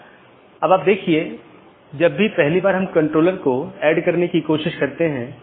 एक अन्य संदेश सूचना है यह संदेश भेजा जाता है जब कोई त्रुटि होती है जिससे त्रुटि का पता लगाया जाता है